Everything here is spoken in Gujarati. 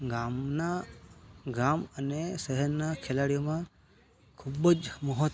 ગામના ગામ અને શહેરના ખેલાડીઓમાં ખૂબ જ મોહો